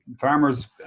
farmers